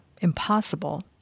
impossible